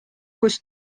kus